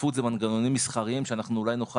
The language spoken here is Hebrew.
בהשתתפות זה מנגנונים מסחריים שאולי נוכל